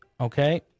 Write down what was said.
okay